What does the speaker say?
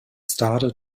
stade